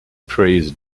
prays